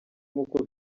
nk’uko